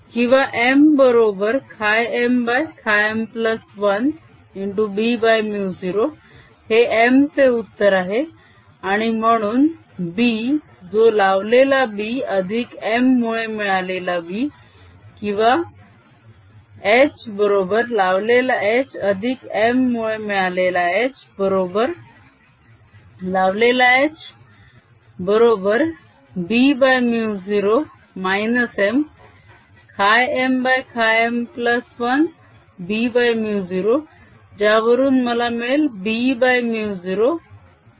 किंवा m बरोबर χmχm1 bμ0 हे m चे उत्तर आहे आणि म्हणून B जो लावलेला B अधिक m मुळे मिळालेला B किंवा h बरोबर लावलेला h अधिक m मुळे मिळालेला h बरोबर लावलेला h बरोबर bμ0 m χmχm1 bμ0 ज्यावरून मला मिळेल bμ0 1χm1